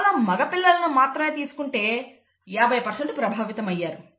కేవలం మగ పిల్లలను మాత్రమే తీసుకుంటే 50 ప్రభావితమయ్యారు